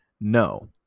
No